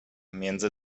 między